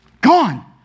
gone